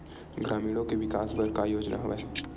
ग्रामीणों के विकास बर का योजना हवय?